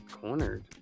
cornered